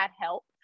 help